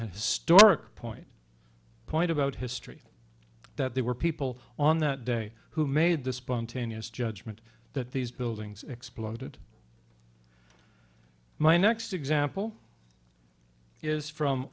historic point point about history that there were people on that day who made the spontaneous judgment that these buildings exploded my next example is from